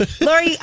Lori